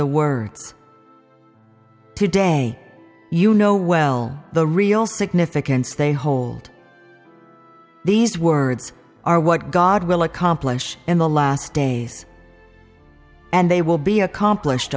the words today you know well the real significance they hold these words are what god will accomplish in the last days and they will be accomplished